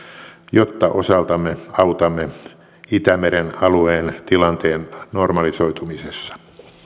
jotta osaltamme autamme itämeren alueen tilanteen normalisoitumisessa